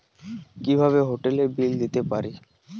কিভাবে হোটেলের বিল দিতে পারি?